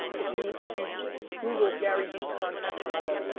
if you if you google garyvee content model,